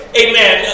amen